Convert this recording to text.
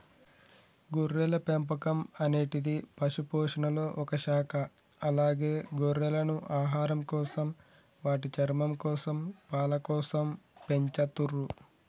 గొర్రెల పెంపకం అనేటిది పశుపోషణలొ ఒక శాఖ అలాగే గొర్రెలను ఆహారంకోసం, వాటి చర్మంకోసం, పాలకోసం పెంచతుర్రు